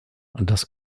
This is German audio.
das